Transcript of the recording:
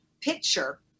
picture